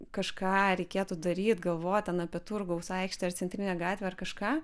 kažką reikėtų daryt galvot ten apie turgaus aikštę ar centrinę gatvę ar kažką